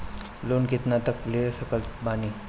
Loan कितना तक ले सकत बानी?